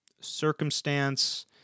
circumstance